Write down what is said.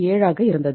07 ஆக இருந்தது